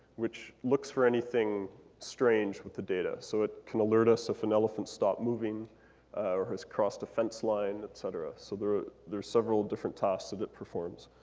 which looks for anything strange with the data. so it can alert us if an elephant stopped moving or has crossed a fence line, et cetera. so there are there are several different tasks that it performs.